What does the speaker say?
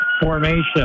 Formation